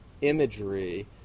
imagery